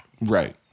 Right